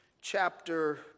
chapter